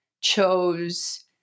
chose